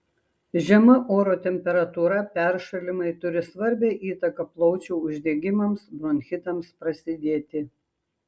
žema oro temperatūra peršalimai turi svarbią įtaką plaučių uždegimams bronchitams prasidėti